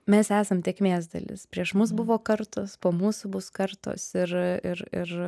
mes esam tėkmės dalis prieš mus buvo kartos po mūsų bus kartos ir ir ir